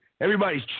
everybody's